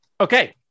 Okay